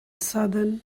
southern